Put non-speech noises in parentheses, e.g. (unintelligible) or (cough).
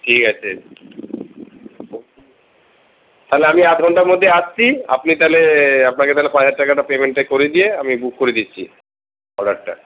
ঠিক আছে তাহলে আমি আধ ঘন্টার মধ্যেই আসছি আপনি তাহলে আপনাকে তাহলে পাঁচ হাজার টাকাটা পেমেন্টটা করে দিয়ে আমি বুক করে দিচ্ছি (unintelligible)